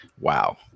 Wow